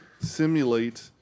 simulate